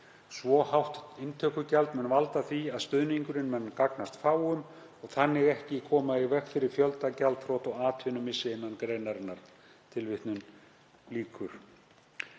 Svo hátt „inntökugjald“ mun valda því að stuðningurinn mun gagnast fáum og þannig ekki koma í veg fyrir fjöldagjaldþrot og atvinnumissi innan greinarinnar.“ Við í